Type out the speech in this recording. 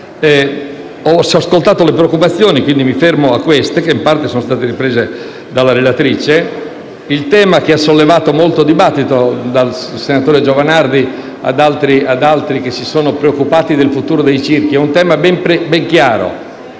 Ho ascoltato le preoccupazioni che sono state espresse - mi fermo a quelle che in parte sono state riprese dalla relatrice - rispetto a un tema che ha sollevato molto dibattito, dal senatore Giovanardi ad altri, che si sono preoccupati del futuro dei circhi. È un tema ben chiaro